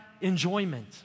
enjoyment